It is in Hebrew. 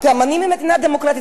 גם אני ממדינה דמוקרטית,